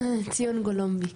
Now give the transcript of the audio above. שי ציון גולומביק,